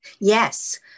Yes